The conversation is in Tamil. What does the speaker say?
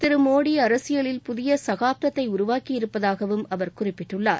திரு மோடி அரசியலில் புதிய சகாப்தத்தை உருவாக்கி இருப்பதாகவும் அவர் குறிப்பிட்டுள்ளார்